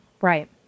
Right